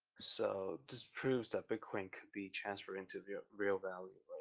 so this proves that bitcoin could be transferred into the real value,